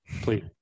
please